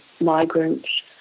migrants